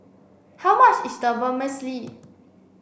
how much is Vermicelli